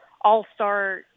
all-star